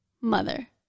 mother